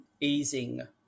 easing